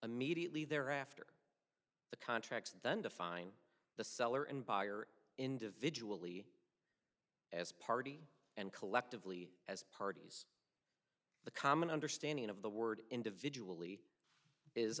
immediately thereafter the contracts then define the seller and buyer individual ie as party and collectively as parties the common understanding of the word individual